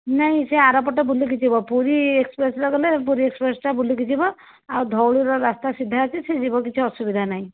ନାହିଁ ସେ ଆର ପଟେ ବୁଲିକି ଯିବ ପୁରୀ ଏକ୍ସପ୍ରେସରେ ଗଲେ ପୁରୀ ଏକ୍ସପ୍ରେସଟା ବୁଲିକି ଯିବ ଆଉ ଧଉଳିର ରାସ୍ତା ସିଧା ଅଛି ସେ ଯିବ କିଛି ଅସୁବିଧା ନାହିଁ